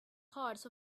hearts